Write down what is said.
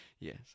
yes